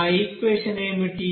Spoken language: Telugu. ఆ ఈక్వెషన్ ఏమిటి